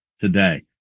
today